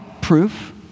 proof